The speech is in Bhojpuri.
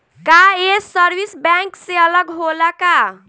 का ये सर्विस बैंक से अलग होला का?